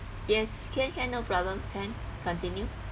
yes can can no problem can continue